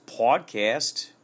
podcast